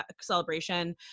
celebration